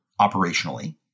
operationally